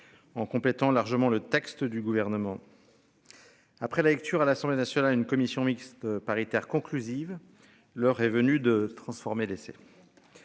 En complétant largement le texte du gouvernement. Après la lecture à l'Assemblée nationale. Une commission mixte paritaire conclusive. L'heure est venue de transformer l'essai.